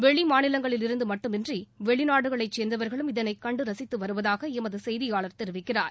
வெளி மாநிலத்திலிருந்து மட்டுமன்றி வெளிநாடுகளைச் சேர்ந்தவர்களும் இதளை கண்டு ரசித்து வருவதாக எமது செய்தியாளர் தெரிவிக்கிறார்